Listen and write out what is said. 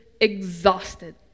exhausted